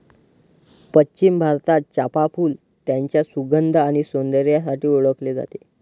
पश्चिम भारतात, चाफ़ा फूल त्याच्या सुगंध आणि सौंदर्यासाठी ओळखले जाते